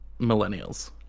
millennials